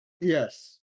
yes